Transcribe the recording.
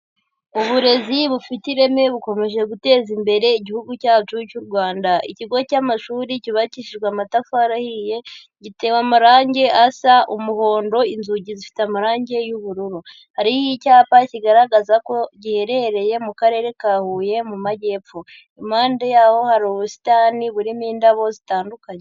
Uburezi bufite ireme bukomeje guteza imbere igihugu cyacu cy'u Rwanda. Ikigo cy'amashuri cyubakishijwe amatafari ahiye, gitewe amarangi asa umuhondo, inzugi zifite amarangi y'ubururu. Hariho icyapa kigaragaza ko giherereye mu Karere ka Huye, mu majyepfo. Impande yaho hari ubusitani burimo indabo zitandukanye.